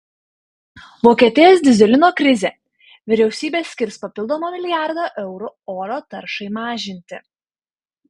vokietijos dyzelino krizė vyriausybė skirs papildomą milijardą eurų oro taršai mažinti